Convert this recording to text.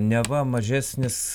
neva mažesnis